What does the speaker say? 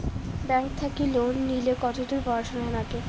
Bank থাকি loan নিলে কতদূর পড়াশুনা নাগে?